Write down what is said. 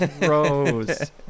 gross